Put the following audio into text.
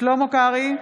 שלמה קרעי,